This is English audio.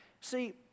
See